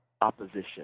opposition